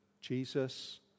Jesus